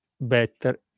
better